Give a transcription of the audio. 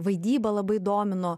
vaidyba labai domino